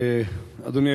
אדוני.